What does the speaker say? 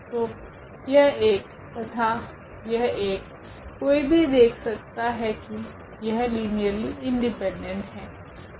तो यह एक तथा यह एक कोई भी देख सकता है की यह लीनियरली इंडिपेंडेंट है